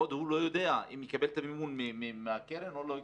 עוד לא יודע אם יקבל את המימון מהקרן או לא יקבל.